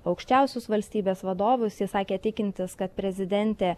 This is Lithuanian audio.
aukščiausius valstybės vadovus jis sakė tikintis kad prezidentė